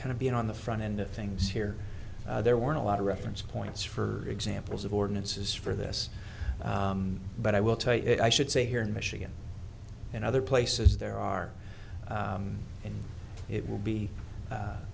kind of being on the front end of things here there weren't a lot of reference points for examples of ordinances for this but i will tell you i should say here in michigan and other places there are and it will be